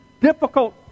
difficult